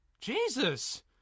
Jesus